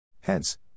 Hence